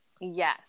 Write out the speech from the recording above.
Yes